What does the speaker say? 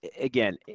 again